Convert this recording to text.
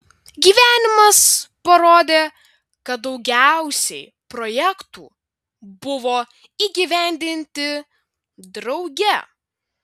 gyvenimas parodė kad daugiausiai projektų buvo įgyvendinti drauge